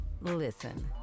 Listen